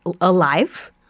alive